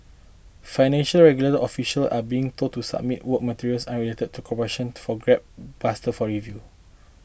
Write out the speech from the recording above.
financial regulatory officials are being told to submit work materials unrelated to corruption for graft busters for review